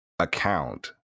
account